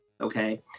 Okay